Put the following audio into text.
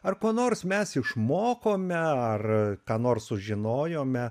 ar ko nors mes išmokome ar a ką nors sužinojome